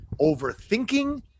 overthinking